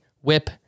whip